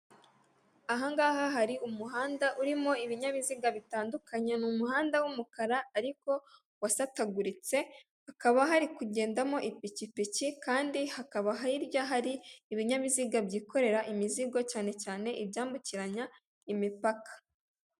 Ahangaha hari umuhanda urimo ibinyabiziga bitandukanye ni umuhanda w'umukara ariko wasataguritse hakaba hari kugendamo ipikipiki kandi hakaba harya hari ibinyabiziga byikorera imizigo cyane cyane ibyambukiranya imipaka.